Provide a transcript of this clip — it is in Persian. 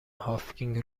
هاوکینگ